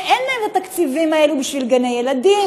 כשאין להם התקציבים האלה בשביל גני ילדים,